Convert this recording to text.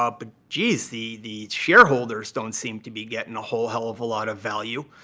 ah but jeez, the the shareholders don't seem to be getting a whole hell of a lot of value.